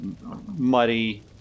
Muddy